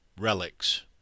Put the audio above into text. Relics